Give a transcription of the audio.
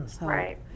right